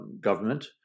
government